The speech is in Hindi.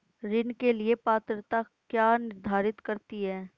ऋण के लिए पात्रता क्या निर्धारित करती है?